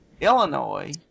Illinois